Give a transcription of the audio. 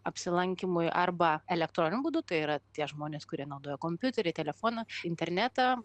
apsilankymui arba elektroniniu būdu tai yra tie žmonės kurie naudoja kompiuterį telefoną internetą